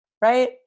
right